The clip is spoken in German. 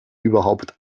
überhaupt